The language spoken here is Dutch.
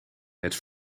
het